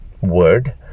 word